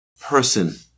person